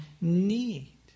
need